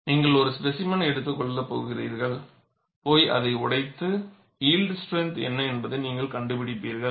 நீங்கள் ஒரு ஸ்பேசிமெனை எடுத்துக்கொள்கிறீர்கள் போய் அதை உடைத்து யில்ட் ஸ்ட்ரெந்த் என்ன என்பதை நீங்கள் கண்டுபிடிப்பீர்கள்